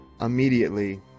immediately